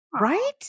Right